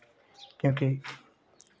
क्योंकि